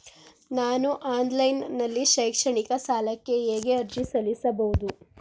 ನಾನು ಆನ್ಲೈನ್ ನಲ್ಲಿ ಶೈಕ್ಷಣಿಕ ಸಾಲಕ್ಕೆ ಹೇಗೆ ಅರ್ಜಿ ಸಲ್ಲಿಸಬಹುದು?